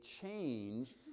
change